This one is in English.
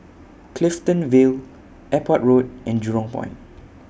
Clifton Vale Airport Road and Jurong Point